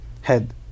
head